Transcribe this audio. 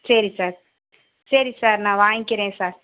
சரி சார் சரி சார் நான் வாங்கிக்கிறேன் சார்